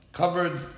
covered